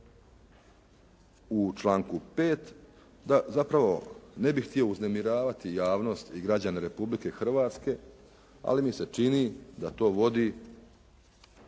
u članku 5. da zapravo ne bih htio uznemiravati javnost i građane Republike Hrvatske ali mi se čini da to vodi